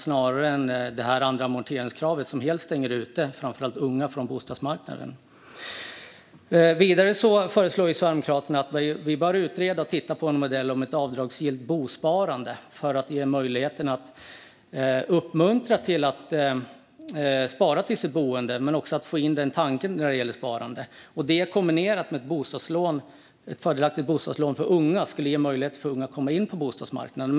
Det andra amorteringskravet stänger snarare helt ute framför allt unga från bostadsmarknaden. Vidare föreslår Sverigedemokraterna att man bör utreda och titta på en modell om ett avdragsgillt bosparande. Det skulle uppmuntra till att spara till sitt boende men också få in tanken på sparande. Kombinerat med ett fördelaktigt bostadslån för unga skulle det ge unga möjlighet att komma in på bostadsmarknaden.